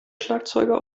schlagzeuger